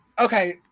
Okay